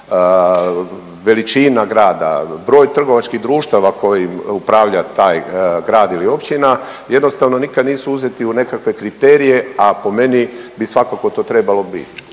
veličina grada, broj trgovačkih društava kojim upravlja taj grad ili općina, jednostavno nikad nisu uzeti u nekakve kriterije, a po meni bi svakako to trebalo biti.